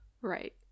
Right